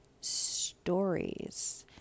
stories